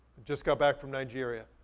just got back from nigeria.